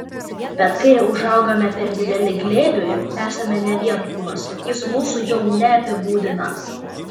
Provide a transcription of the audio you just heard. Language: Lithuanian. bet kai užaugame per dideli glėbiui esame ne vien kūnas jis mūsų jau neapibūdina